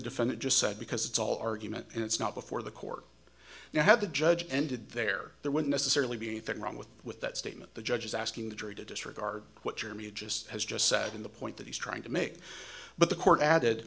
defendant just said because it's all argument and it's not before the court now had the judge ended there there weren't necessarily be anything wrong with with that statement the judge is asking the jury to disregard what your me just has just said in the point that he's trying to make but the court added